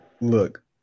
look